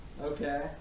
Okay